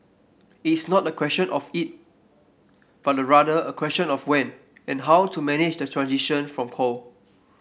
is not a question of if but rather a question of when and how to manage the transition from coal